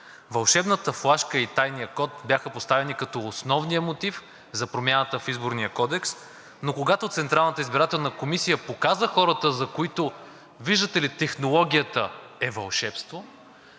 „Вълшебната флашка“ и „тайният код“ бяха поставени като основния мотив за промяната в Изборния кодекс, но когато Централната избирателна комисия покани хората, за които, виждате ли, технологията е вълшебство,